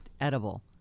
edible